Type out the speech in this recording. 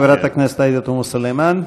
חברת הכנסת עאידה תומא סלימאן.